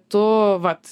tu vat